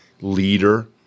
leader